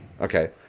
Okay